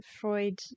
Freud